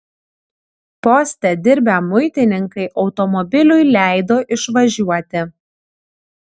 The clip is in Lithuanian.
poste dirbę muitininkai automobiliui leido išvažiuoti